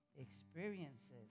experiences